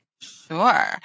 Sure